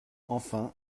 enfin